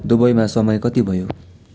दुबईमा समय कति भयो